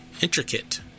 Intricate